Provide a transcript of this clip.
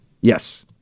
yes